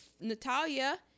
Natalia